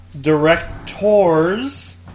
directors